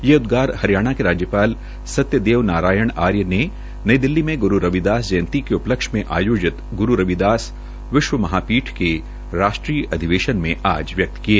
यह उदगार हरियाणा के राज्यपाल सत्यदेव नारायण आर्य ने नई दिल्ली में ग्रू रविदास जयन्ती के उपलक्ष में आयोजित ग्रू रविदास विश्व महापीठ के राष्ट्रीय अधिवेशन में आज व्यक्त किए